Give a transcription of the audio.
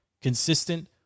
consistent